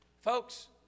Folks